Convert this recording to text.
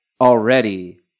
already